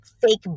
fake